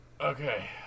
Okay